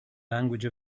language